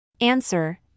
Answer